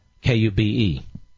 K-U-B-E